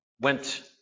went